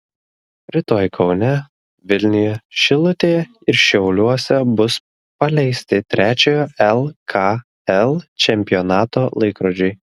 rytoj kaune vilniuje šilutėje ir šiauliuose bus paleisti trečiojo lkl čempionato laikrodžiai